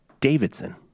Davidson